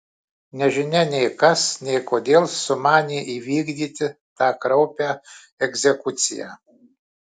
nežinia nei kas nei kodėl sumanė įvykdyti tą kraupią egzekuciją